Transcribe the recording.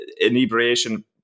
inebriation